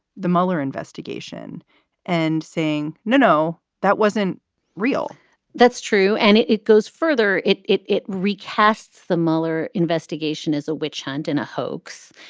the mueller investigation and saying, no, no, that wasn't real that's true. and it it goes further. it it recasts the mueller investigation as a witch hunt and a hoax.